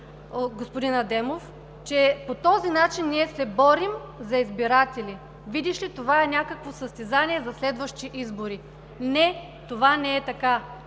господин Адемов, че по този начин ние се борим за избиратели – видиш ли, това е някакво състезание за следващи избори. Не, това не е така.